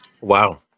wow